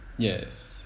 yes